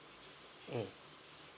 um